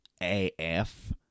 AF